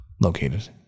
located